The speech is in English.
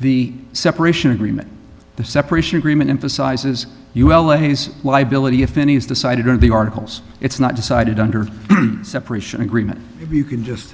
the separation agreement the separation agreement emphasizes u l a's liability if any is decided in the articles it's not decided under separation agreement if you can just